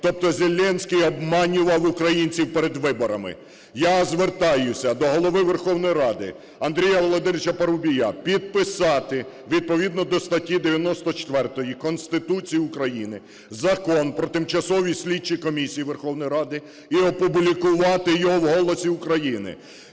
Тобто Зеленський обманював українців перед виборами. Я звертаюсь до Голови Верховної Ради Андрія Володимировича Парубія підписати відповідно до статті 94 Конституції України Закон про тимчасові слідчі комісії Верховної Ради і опублікувати його в "Голосі України".